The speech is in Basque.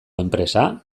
enpresa